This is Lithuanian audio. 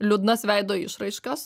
liūdnas veido išraiškas